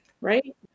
right